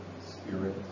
spirit